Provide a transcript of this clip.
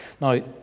Now